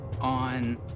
on